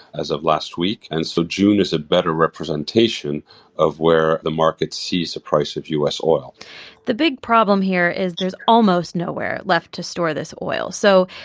as of last week, and so june is a better representation of where the market sees the price of u s. oil the big problem here is there's almost nowhere left to store this oil. so,